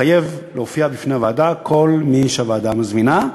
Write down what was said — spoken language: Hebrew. לחייב להופיע בפני הוועדה את כל מי שהוועדה מזמינה.